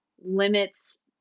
limits